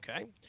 Okay